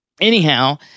anyhow